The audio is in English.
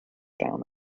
down